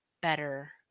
better